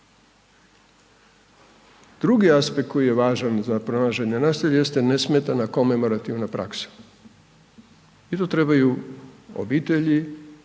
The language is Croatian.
Drugi aspekt koji je važan za pronalaženje nestalih jeste nesmetana komemorativna praksa. I to trebaju obitelji,